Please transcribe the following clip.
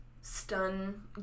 stun